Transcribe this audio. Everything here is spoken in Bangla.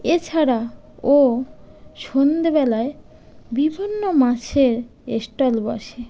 এছাড়া ও সন্ধ্যেবেলায় বিভিন্ন মাছের স্টল বসে